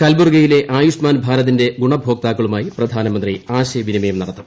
കർബുർഗിയിലെ ആയുഷ്മാൻ ഭാരതിന്റെ ഗുണഭോക്താക്കളുമായി പ്രധാനമന്ത്രി ആശയവിനിമയം നടത്തും